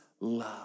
love